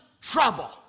trouble